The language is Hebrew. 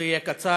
זה יהיה קצר.